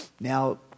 Now